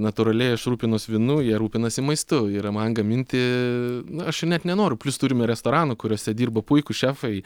natūraliai aš rūpinuosi vynu jie rūpinasi maistu yra man gaminti aš net nenoriu plius turime restoranų kuriuose dirba puikūs šefai